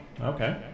okay